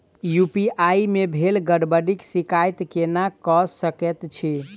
UPI मे भेल गड़बड़ीक शिकायत केना कऽ सकैत छी?